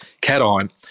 cation